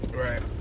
Right